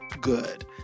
Good